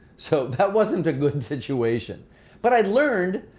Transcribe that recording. so that wasn't a good and situation but i learned,